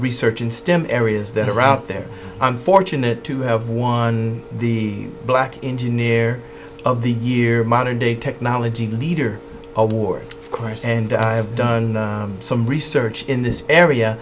research in stem areas that are out there i'm fortunate to have won the black engineer of the year modern day technology leader award price and i have done some research in this area